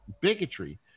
bigotry